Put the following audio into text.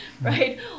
right